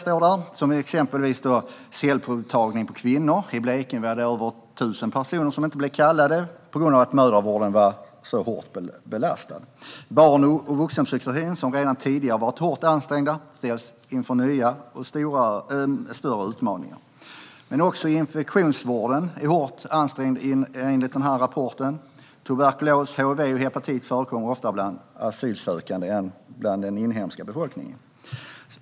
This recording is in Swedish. Det gäller exempelvis cellprovtagning på kvinnor. I Blekinge var det över 1 000 personer som inte blev kallade på grund av att mödravården var så hårt belastad. Barn och vuxenpsykiatrin, som redan tidigare har varit hårt ansträngd, ställs inför nya och större utmaningar. Också infektionsvården är hårt ansträngd, enligt rapporten. Tuberkulos, hiv och hepatit förekommer oftare bland asylsökande än bland den inhemska befolkningen.